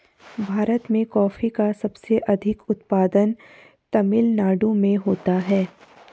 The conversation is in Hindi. भीरत में कॉफी का सबसे अधिक उत्पादन तमिल नाडु में होता है